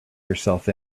yourself